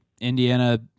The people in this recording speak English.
Indiana